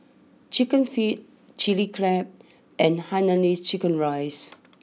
Chicken Feet Chili Crab and Hainanese Chicken Rice